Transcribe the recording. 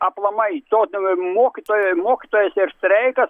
aplamai to mokytojo mokytojas ir streikas